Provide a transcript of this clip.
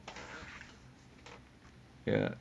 ya